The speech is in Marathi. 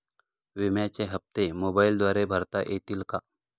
विम्याचे हप्ते मोबाइलद्वारे भरता येतील का?